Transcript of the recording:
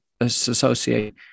associate